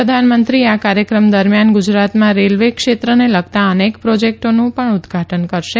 પ્રધાનમંત્રી આ કાર્યક્રમ દરમિયાન ગુજરાતમાં રેલવે ક્ષેત્રને લગતા અનેક પ્રોજેક્ટોનું પણ ઉદઘાટન કરશે